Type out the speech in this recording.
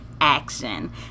action